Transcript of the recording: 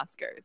Oscars